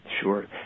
Sure